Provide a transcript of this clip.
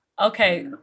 okay